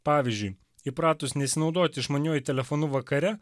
pavyzdžiui įpratus nesinaudoti išmaniuoju telefonu vakare